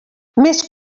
més